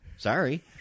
Sorry